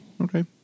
Okay